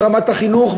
ורמת החינוך,